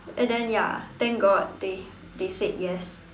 and then ya thank God they they said yes